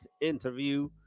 interview